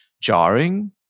jarring